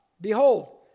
Behold